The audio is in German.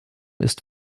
ist